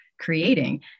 creating